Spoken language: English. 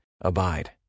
Abide